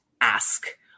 ask